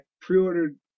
pre-ordered